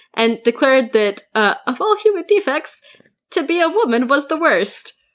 and declared that ah of all human defects to be a woman was the worst.